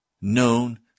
known